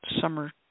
summer